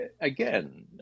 again